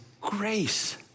grace